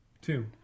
Two